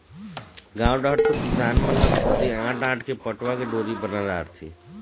गाँव डहर तो किसान मन ह खुदे आंट आंट के पटवा के डोरी बना डारथे